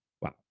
Wow